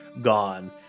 gone